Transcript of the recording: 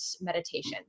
meditation